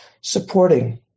supporting